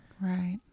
Right